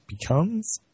Becomes